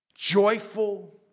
joyful